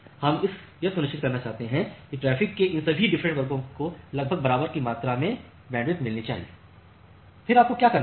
हम यह सुनिश्चित करना चाहते हैं कि ट्रैफिक के इन सभी डिफरेंट वर्गों को लगभग बराबर मात्रा में बैंडविड्थ मिलनी चाहिए फिर आपको क्या करना है